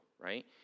Right